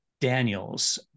Daniels